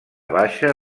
baixa